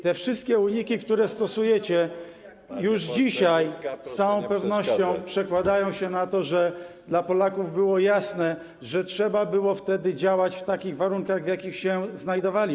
Te wszystkie uniki, które stosujecie, już dzisiaj z całą pewnością przekładają się na to, że dla Polaków stało się jasne, że trzeba było wtedy działać w takich warunkach, w jakich się znajdowaliśmy.